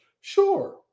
Sure